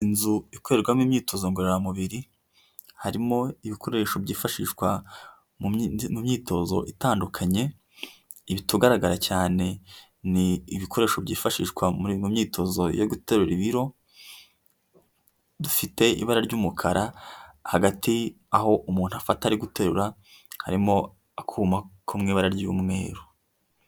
Inzu ikorerwamo imyitozo ngororamubiri, harimo ibikoresho byifashishwa mu myitozo itandukanye utugaragara cyane ni ibikoresho byifashishwall mu myitozo yo guterura ibiro dufite ibara ry'umukara hagati aho umuntu afata ari guterura harimo akuma ko mu ibabara ry'umweru.